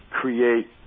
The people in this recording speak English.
create